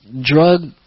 drug